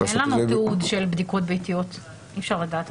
אין לנו תיעוד של בדיקות ביתיות, אי אפשר לדעת.